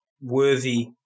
worthy